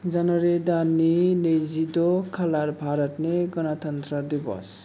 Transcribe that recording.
January दाननि नैजिद' खालार भारतनि गनतनत्र दिबस